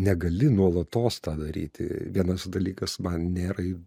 negali nuolatos tą daryti vienas dalykas man nėra